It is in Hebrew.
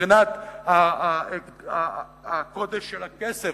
מבחינת הקודש של הכסף,